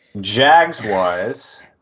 Jags-wise